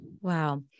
wow